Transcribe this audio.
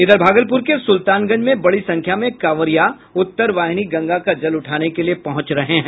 इधर भागलपुर के सुल्तानगंज में बड़ी संख्या में कांवरिया उत्तरवाहिनी गंगा का जल उठाने के लिये पहुंच रहे हैं